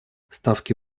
ставки